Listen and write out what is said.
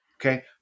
okay